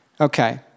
Okay